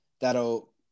that'll